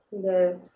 Yes